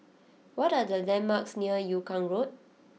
what are the landmarks near Yung Kuang Road